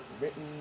written